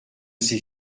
ses